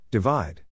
Divide